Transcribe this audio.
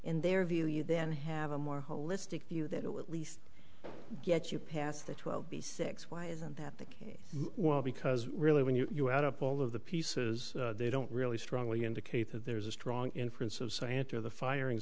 in their view you then have a more holistic view that it least get you past the twelve b six why isn't that the case well because really when you're add up all of the pieces they don't really strongly indicate that there's a strong inference of science or the firing